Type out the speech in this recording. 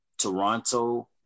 Toronto